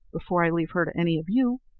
before i leave her to any of you.